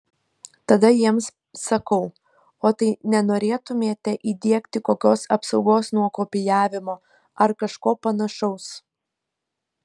tada jiems sakau o tai nenorėtumėte įdiegti kokios apsaugos nuo kopijavimo ar kažko panašaus